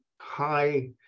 high